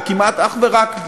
או כמעט אך ורק,